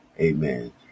Amen